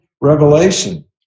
revelation